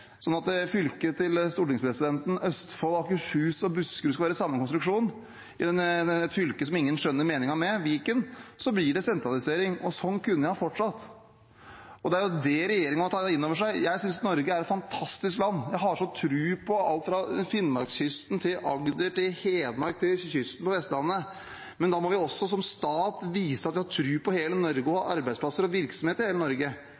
Østfold, Akershus og Buskerud skal være samme konstruksjon, sånn at fylket til stortingspresidenten blir Viken, et fylke som ingen skjønner meningen med, blir det sentralisering. Sånn kunne jeg ha fortsatt. Det er dette regjeringen må ta inn over seg. Jeg synes Norge er et fantastisk land. Jeg har sånn tro på alt fra Finnmarkskysten til Agder, fra Hedmark til kysten av Vestlandet, men da må vi også som stat vise at vi har tro på hele Norge, og ha arbeidsplasser og virksomhet i hele Norge.